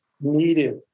needed